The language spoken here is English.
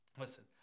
Listen